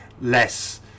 less